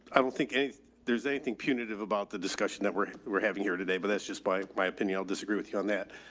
i don't think there's anything punitive about the discussion that we're we're having here today, but that's just by my opinion. i'll disagree with you on that,